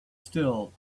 still